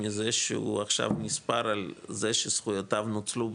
מזה שהוא עכשיו נספר על זה שזכויותיו נוצלו,